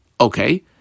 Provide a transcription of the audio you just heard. Okay